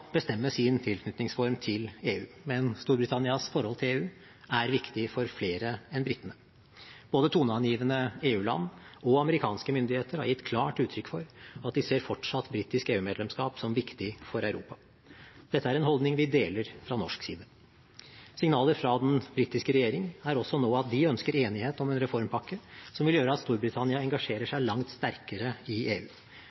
bestemme sin tilknytningsform til EU, men Storbritannias forhold til EU er viktig for flere enn britene. Både toneangivende EU-land og amerikanske myndigheter har klart gitt uttrykk for at de ser fortsatt britisk EU-medlemskap som viktig for Europa. Dette er en holdning vi deler fra norsk side. Signaler fra den britiske regjering er også nå at de ønsker enighet om en reformpakke som vil gjøre at Storbritannia engasjerer seg langt sterkere i EU.